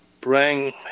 bring